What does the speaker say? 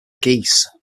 geese